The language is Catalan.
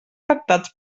afectats